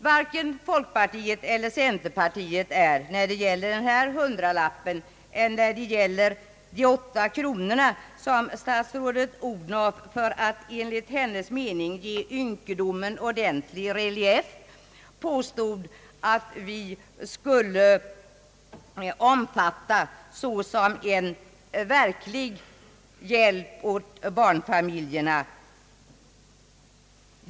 Varken folkpartiet eller centerpartiet betraktar den här hundralappen eller de åtta kronorna som statsrådet Odhnoff nämnde, för att enligt hennes mening ge ynkedomen ordentlig relief, som en verklig hjälp åt barnfamiljerna.